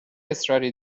اصراری